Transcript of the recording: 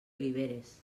oliveres